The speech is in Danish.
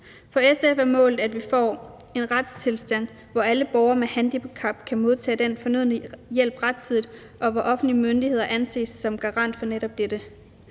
For SF er målet, at vi får en retstilstand, hvor alle borgere med handicap kan modtage den fornødne hjælp rettidigt, og hvor offentlige myndigheder anses som garant for netop dette.